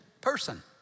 person